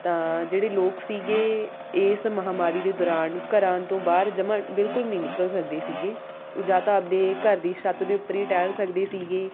ਤਾਂ ਜਿਹੜੇ ਲੋਕ ਸੀਗੇ ਇਸ ਮਹਾਂਮਾਰੀ ਦੇ ਦੌਰਾਨ ਘਰਾਂ ਤੋਂ ਬਾਹਰ ਜਮਾ ਬਿਲਕੁਲ ਨਹੀਂ ਨਿਕਲ ਸਕਦੇ ਸੀਗੇ ਜਾਂ ਤਾਂ ਆਪਣੇ ਘਰ ਦੀ ਛੱਤ ਦੇ ਉੱਪਰ ਹੀ ਟਹਿਲ ਸਕਦੇ ਸੀਗੇ